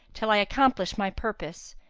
till i accomplish my purpose,